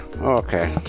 Okay